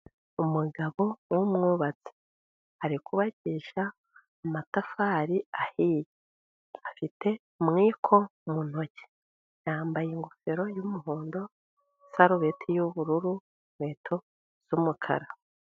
Umugabo w'umwubatsi ari kubakisha amatafari ahiye, afite umwiko mu ntoki yambaye ingofero y'umuhondo, isarubeti y'ubururu, inkweto z'umukara.